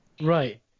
Right